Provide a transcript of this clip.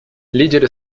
лидеры